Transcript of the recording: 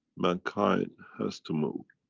mankind has to move.